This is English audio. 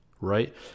right